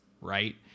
right